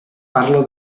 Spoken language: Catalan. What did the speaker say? parla